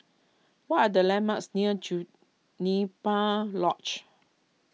what are the landmarks near Juniper Lodge